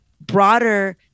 broader